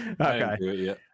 Okay